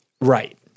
Right